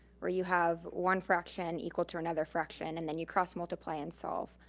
where you have one fraction equal to another fraction, and then you cross-multiply and solve.